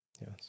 Yes